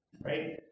right